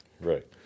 Right